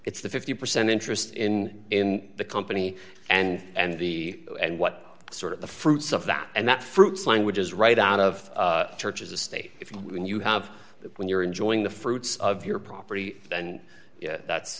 it's the fifty percent interest in in the company and the and what sort of the fruits of that and that fruits languages right out of church as a state if you have that when you're enjoying the fruits of your property and that's that's